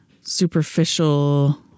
superficial